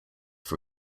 for